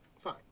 Fine